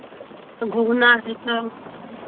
घूघना है सब